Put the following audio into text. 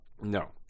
No